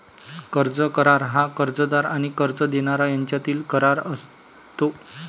कर्ज करार हा कर्जदार आणि कर्ज देणारा यांच्यातील करार असतो